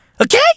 Okay